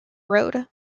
road